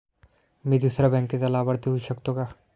मी दुसऱ्या बँकेचा लाभार्थी होऊ शकतो का?